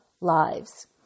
lives